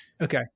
Okay